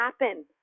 happen